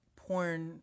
porn